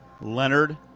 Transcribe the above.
Leonard